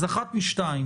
אז אחת משתיים